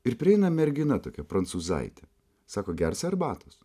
ir prieina mergina tokia prancūzaitė sako gersi arbatos